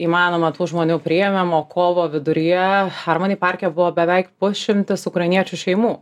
įmanoma tų žmonių priėmėm o kovo viduryje harmoni parke buvo beveik pusšimtis ukrainiečių šeimų